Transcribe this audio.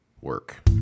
work